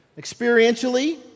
experientially